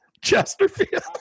Chesterfield